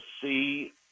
see –